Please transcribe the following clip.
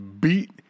beat